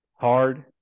hard